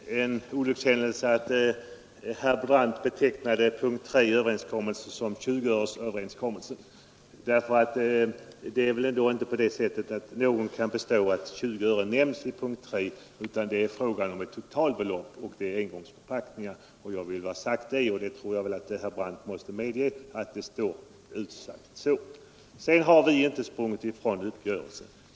Herr talman! Det var väl en olyckshändelse att herr Brandt betecknade den tredje punkten i överenskommelsen som 20-öresförslaget. Ingen kan påstå att siffran 20 öre nämns i punkt 3, utan där redovisas ett totalbelopp för engångsförpackningar. Det var det som jag ville framhålla, och jag tror att herr Brandt måste hålla med om detta. Vidare har vi inte sprungit ifrån uppgörelsen.